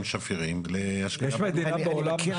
שפירים להשקיה --- אני מכיר את זה,